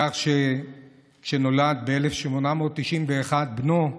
מכך שכשנולד ב-1891 בנו,